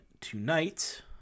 tonight